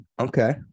Okay